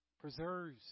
preserves